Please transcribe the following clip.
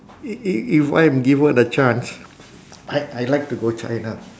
i~ i~ if I am given a chance I'd I'd like to go china